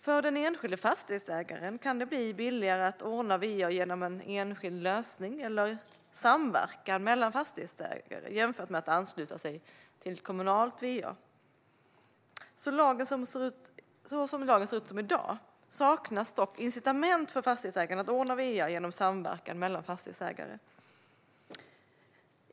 För den enskilda fastighetsägaren kan det bli billigare att ordna va genom en enskild lösning eller i samverkan mellan fastighetsägare, jämfört med att ansluta sig till kommunalt va. Så som lagen ser ut i dag saknas dock incitament för fastighetsägarna att ordna va genom samverkan mellan fastighetsägare.